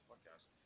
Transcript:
podcast